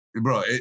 Bro